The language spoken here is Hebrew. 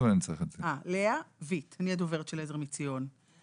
זה שבעצם ׳עזר מציון׳